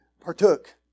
partook